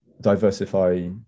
diversify